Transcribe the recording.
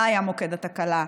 מה היה מוקד התקלה,